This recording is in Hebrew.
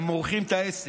הם מורחים את העסק.